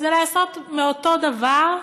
זה לעשות מאותו דבר,